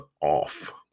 off